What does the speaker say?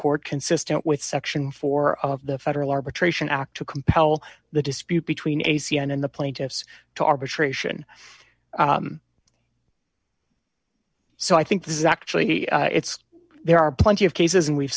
court consistent with section four of the federal arbitration act to compel the dispute between a c n and the plaintiffs to arbitration so i think this is actually it's there are plenty of cases and we